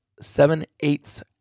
seven-eighths